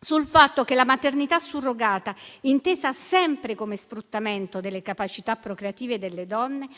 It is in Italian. sul fatto che la maternità surrogata, intesa sempre come sfruttamento delle capacità procreative delle donne,